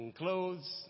clothes